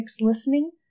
listening